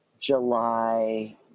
July